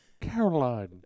Caroline